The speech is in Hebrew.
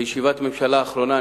בישיבת הממשלה האחרונה,